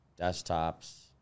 desktops